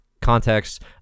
context